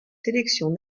sélections